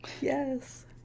yes